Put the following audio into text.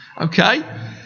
Okay